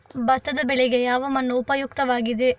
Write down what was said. ಭತ್ತದ ಬೆಳೆಗೆ ಯಾವ ಮಣ್ಣು ಉಪಯುಕ್ತವಾಗಿದೆ?